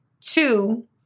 Two